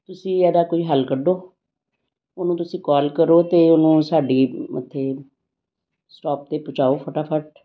ਤੁਸੀਂ ਇਹਦਾ ਕੋਈ ਹੱਲ ਕੱਢੋ ਉਹਨੂੰ ਤੁਸੀਂ ਕੋਲ ਕਰੋ ਅਤੇ ਉਹਨੂੰ ਸਾਡੀ ਉੱਥੇ ਸਟੋਪ 'ਤੇ ਪਹੁੰਚਾਉ ਫਟਾਫਟ